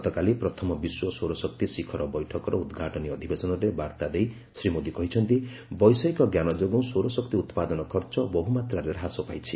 ଗତକାଲି ପ୍ରଥମ ବିଶ୍ୱ ସୌରଶକ୍ତି ଶିଖର ବୈଠକର ଉଦ୍ଘାଟନୀ ଅଧିବେଶନରେ ବାର୍ତ୍ତା ଦେଇ ଶ୍ରୀ ମୋଦୀ କହିଛନ୍ତି ବୈଷୟିକ ଜ୍ଞାନ ଯୋଗୁଁ ସୌରଶକ୍ତି ଉତ୍ପାଦନ ଖର୍ଚ୍ଚ ବହୁମାତ୍ରାରେ ହ୍ରାସ ପାଇଛି